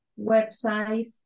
websites